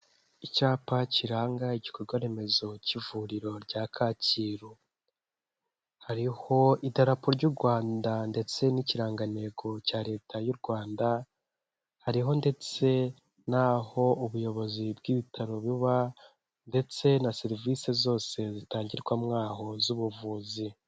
Icyapa kiranga igikorwa remezo cy'ivuriro rya Kacyiru, hariho idarapo ry'u Rwanda ndetse n'ikirangantego cya Leta y'u Rwanda, hariho ndetse n'aho ubuyobozi bw'ibitaro buba, ndetse na serivisi zose zitangirwa mo aho z'ubuvuzi.